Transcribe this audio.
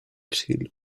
kiel